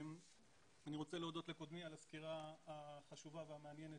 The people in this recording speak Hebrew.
אני רוצה להודות לקודמי על הסקירה החשובה והמעניינת